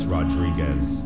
Rodriguez